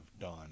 done